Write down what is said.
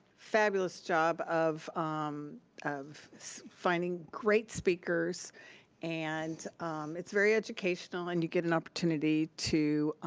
fabulous job of um of finding great speakers and it's very educational and you get an opportunity to